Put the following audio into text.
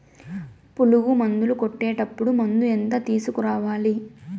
పులుగు మందులు కొట్టేటప్పుడు మందు ఎంత తీసుకురావాలి?